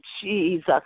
Jesus